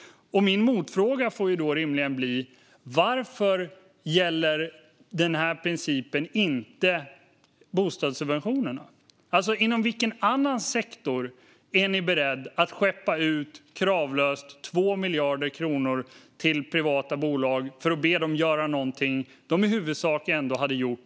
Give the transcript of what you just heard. Min motfråga blir rimligen därför: Varför gäller denna princip inte bostadssubventionerna? Inom vilken annan sektor är ni beredda att kravlöst skeppa ut 2 miljarder kronor till privata bolag för att be dem göra något de i huvudsak ändå hade gjort?